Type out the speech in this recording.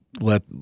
let